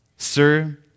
Sir